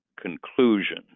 conclusion